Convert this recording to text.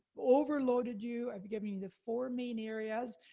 over-loaded you, i've given you the four main areas.